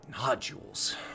Nodules